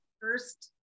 first